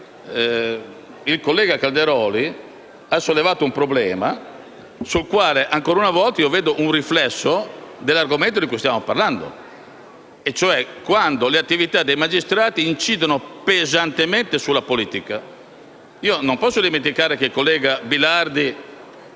il collega Calderoli ha sollevato un problema sul quale, ancora una volta, io vedo un riflesso dell'argomento di cui stiamo parlando. Mi riferisco ai casi in cui le attività dei magistrati incidono pesantemente sulla politica. Io non posso dimenticare che è stato